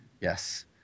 Yes